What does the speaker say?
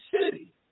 city